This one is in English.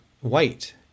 white